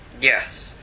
Yes